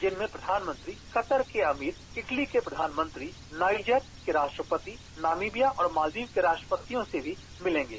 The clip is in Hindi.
जिनमें प्रधानमंत्री कतर के अमीर इटली के प्रधानमंत्री नाईजर के राष्ट्रपति नाम्बिबीया और मालदीव के राष्ट्रपतियों से भी मिलेंगे